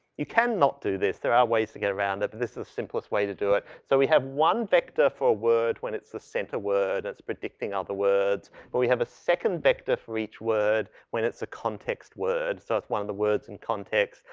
you cannot do this, there are ways to get around it but this is the simplest way to do it. so we have one vector for word when it's the center word that's predicting other words but we have a second vector for each word when it's a context word, so that's one of the words in context.